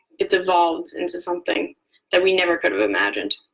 it's evolved into something that we never could have imagined.